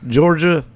Georgia